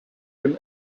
him